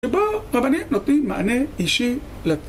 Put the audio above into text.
ופה, רבנים נותנים מענה אישי ל...